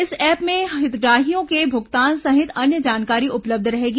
इस ऐप में हितग्राहियों के भुगतान सहित अन्य जानकारी उपलब्ध रहेगी